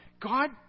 God